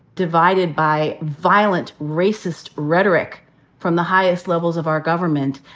divided by violent, racist rhetoric from the highest levels of our government.